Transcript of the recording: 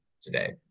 today